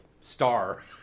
star